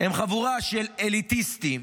הם חבורה של אליטיסטים,